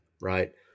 right